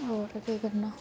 होर केह् करना